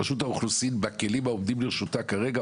רשות האוכלוסין בכלים העומדים לרשותה כרגע,